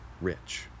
rich